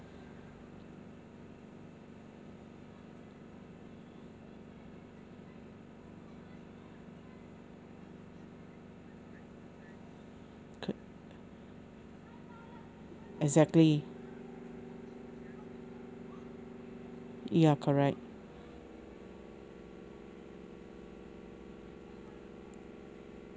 co~ exactly ya correct